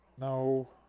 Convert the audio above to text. No